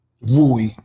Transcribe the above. Rui